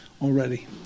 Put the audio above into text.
already